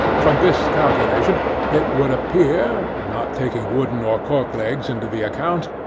from this calculation it would appear not taking wooden or cork legs into the account,